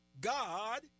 God